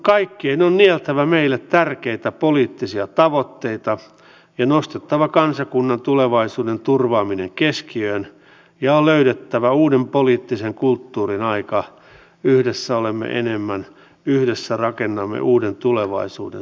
lähellä on nieltävä meille tärkeitä poliittisia tavoitteita ja nostettava kansakunnan tulevaisuuden turvaaminen kouluja ja löydettävä uuden poliittisen kulttuurin aikaa yhdessä olemme kohta myös uusi matkakeskus avautuu